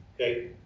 okay